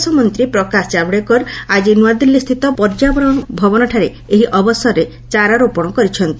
ପରିବେଶ ମନ୍ତ୍ରୀ ପ୍ରକାଶ ଜାବ୍ଡେକର ଆକି ନ୍ତଆଦିଲ୍ଲୀସ୍ଥିତ ପର୍ଯ୍ୟାବରଣ ଭବନଠାରେ ଏହି ଅବସରରେ ଚାରାରୋପଣ କରିଛନ୍ତି